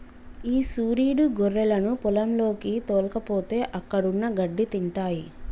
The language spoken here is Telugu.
ఈ సురీడు గొర్రెలను పొలంలోకి తోల్కపోతే అక్కడున్న గడ్డి తింటాయి